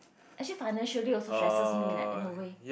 actually financially also stresses me leh in a way